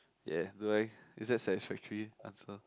ya do I is that satisfactory answer